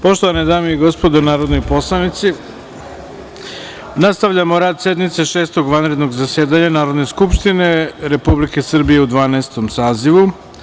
Poštovane dame i gospodo narodni poslanici, nastavljamo rad sednice Šestog vanrednog zasedanja Narodne skupštine Republike Srbije u Dvanaestom sazivu.